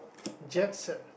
Jackson